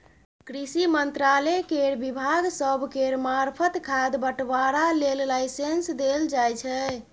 कृषि मंत्रालय केर विभाग सब केर मार्फत खाद बंटवारा लेल लाइसेंस देल जाइ छै